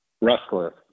restless